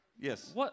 Yes